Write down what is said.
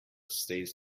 stays